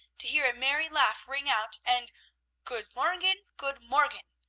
to hear a merry laugh ring out, and good-morgen! good-morgen!